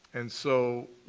and so,